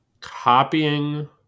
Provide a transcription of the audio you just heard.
Copying